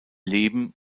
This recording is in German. leben